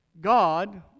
God